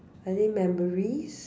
I think memories